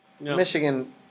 Michigan